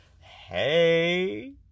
Hey